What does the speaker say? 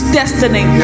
destiny